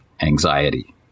anxiety